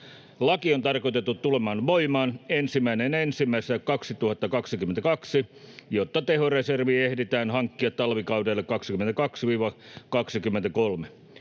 Laki on tarkoitettu tulemaan voimaan 1.1.2022, jotta tehoreservi ehditään hankkia talvikaudelle 22—23.